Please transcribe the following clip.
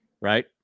right